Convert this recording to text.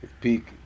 Peak